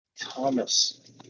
Thomas